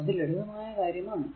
അത് ലളിതമായ കാര്യം ആണ്